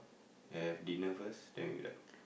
and have dinner first then we